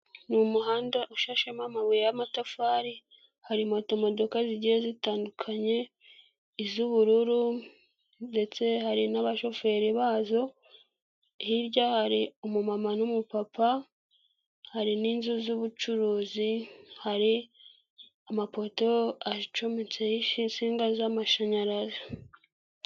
Ni umuhanda ushashemo amabuye y'amatafari, hari moto modoka zigiye zitandukanye, iz'ubururu ndetse hari n'abashoferi bazo, hirya hari umumama n'umupapa, hari n'inzu z'ubucuruzi, hari amapoto acometseho insinga z'amashanyarazi.